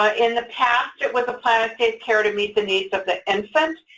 ah in the past, it was a plan of safe care to meet the needs of the infant.